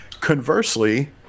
conversely